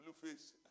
Blueface